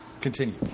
continue